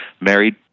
married